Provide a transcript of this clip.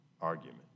argument